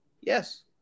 yes